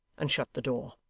and shut the door.